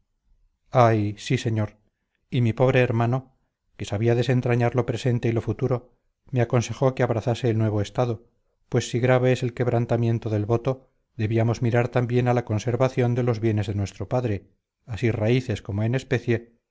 ay sí señor y mi pobre hermano que sabía desentrañar lo presente y lo futuro me aconsejó que abrazase el nuevo estado pues si grave es el quebrantamiento del voto debíamos mirar también a la conservación de los bienes de nuestro padre así raíces como en especie